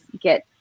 get